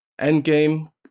Endgame